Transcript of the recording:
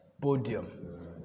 podium